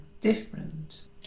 Different